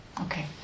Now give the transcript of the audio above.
Okay